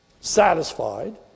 satisfied